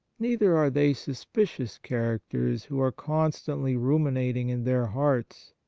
neither are they suspicious characters who are constantly ruminating in their hearts,